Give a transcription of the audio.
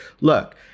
Look